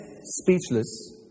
speechless